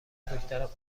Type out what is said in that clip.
بزرگترم